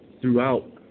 throughout